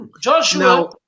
Joshua